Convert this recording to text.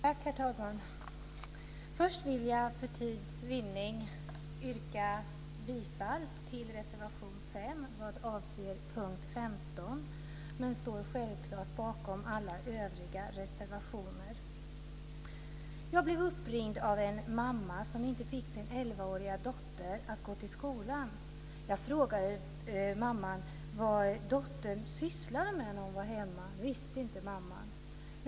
Herr talman! Först vill jag för tids vinning yrka bifall till reservation 5 vad avser punkt 15, men jag står självklart bakom alla våra övriga reservationer. Jag blev uppringd av en mamma som inte fick sin elvaåriga dotter att gå till skolan. Jag frågade mamman vad dottern sysslade med när hon var hemma. Det visste inte mamman.